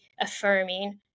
affirming